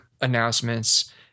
announcements